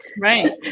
Right